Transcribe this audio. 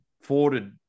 forwarded